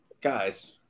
guys